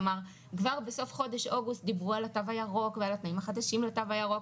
כלומר כבר בסוף אוגוסט דיברו על התו הירוק ועל התנאים החדשים לתו הירוק,